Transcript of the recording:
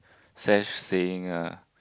sash saying uh